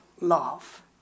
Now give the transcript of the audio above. love